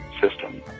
system